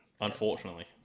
unfortunately